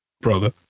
Brother